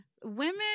Women